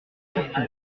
cherpion